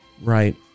Right